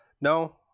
no